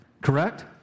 Correct